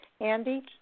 Andy